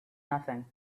nothing